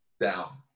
down